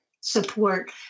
support